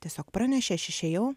tiesiog pranešė aš išėjau